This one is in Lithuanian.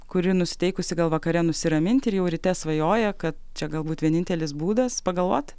kuri nusiteikusi gal vakare nusiraminti ir jau ryte svajoja kad čia galbūt vienintelis būdas pagalvot